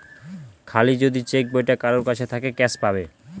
খালি যদি চেক বইটা কারোর কাছে থাকে ক্যাস পাবে